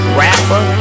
rapper